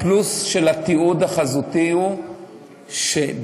הפלוס של התיעוד החזותי הוא שבמידה,